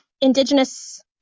indigenous